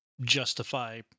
justify